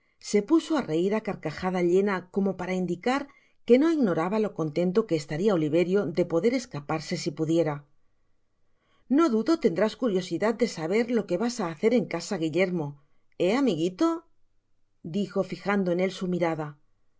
se puso á reir á carcajada llena como para indicar que no ignoraba lo contento que estaria oliverio de poder escaparse si pudiera no dudo tendrás curiosidad de saber lo qué vas á hacer en casa guillermo he amiguito dijo fijando en él su mirada